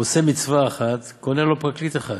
העושה מצווה אחת, קונה לו פרקליט אחד,